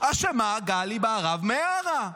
אשמה גלי בהרב מיארה.